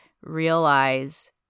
realize